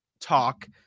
talk